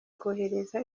kohereza